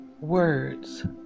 words